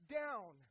down